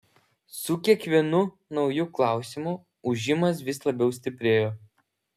su kiekvienu nauju klausimu ūžimas vis labiau stiprėjo